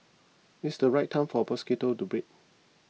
it's the right time for mosquitoes to breed